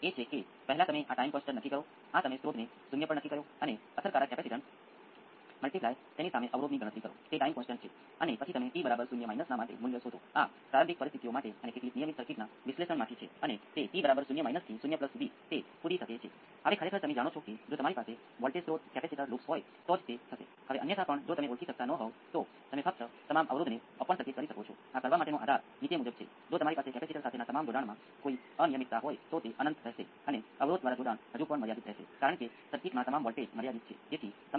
તેથી હું એ કહું કે એમ્પ્લીફાયરની ડેટાશીટ તેઓ તમને એક્સ્પોનેંસિયલ ફ્રિક્વન્સી રિસ્પોન્સ આપશે જે રીઅલ s સાથે એક્સ્પોનેંસિયલ st છે આપણી પાસે એક્સ્પોનેંસિયલ st છે જે સામાન્ય એક્સ્પોનેંસિયલ છે જે તમારી પાસે રીઅલ s હોઈ શકે છે જેનો અર્થ છે કે તમારી પાસે આવા વેવફોર્મ છે s s નેગેટિવ અથવા તેના જેવું જો s s પોઝિટિવ અને s s માત્ર ઇમેજનરી